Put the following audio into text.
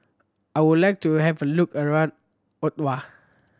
I would like to have look around Ottawa